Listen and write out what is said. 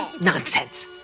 Nonsense